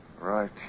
right